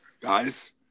Guys